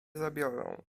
zabiorą